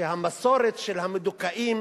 שהמסורת של המדוכאים